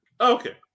Okay